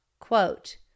Quote